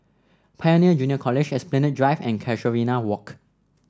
Pioneer Junior College Esplanade Drive and Casuarina Walk